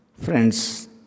Friends